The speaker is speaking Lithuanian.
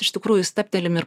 iš tikrųjų stabtelim ir